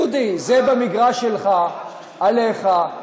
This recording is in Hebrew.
דודי, זה במגרש שלך, עליך.